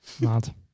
mad